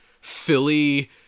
Philly